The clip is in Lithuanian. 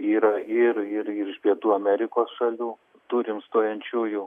yra ir ir iš pietų amerikos šalių turim stojančiųjų